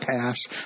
pass